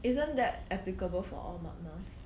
isn't that applicable for all mud mask